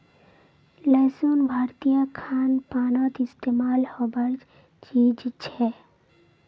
लहसुन भारतीय खान पानोत इस्तेमाल होबार चीज छे